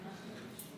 מעט מאוד אנשים,